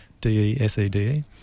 D-E-S-E-D-E